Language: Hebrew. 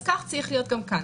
אז כך צריך להיות גם כאן.